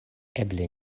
eble